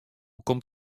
komt